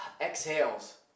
exhales